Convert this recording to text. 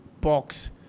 Box